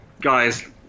guys